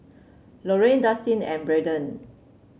Loran Dustin and Braiden